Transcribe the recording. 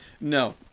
No